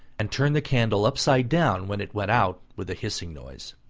and turned the candle upside down, when it went out with a hissing noise.